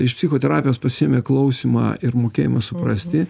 iš psichoterapijos pasiimi klausymą ir mokėjimą suprasti